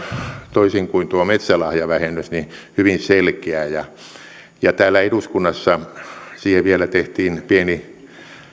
toisin kuin tuo metsälahjavähennys hyvin selkeä täällä eduskunnassa siihen vielä tehtiin pieni